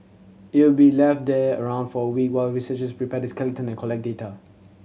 it'll be left there around for a week while researchers prepare the skeleton and collect data